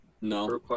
No